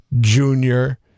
junior